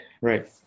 right